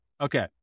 Okay